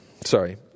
Sorry